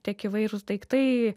tiek įvairūs daiktai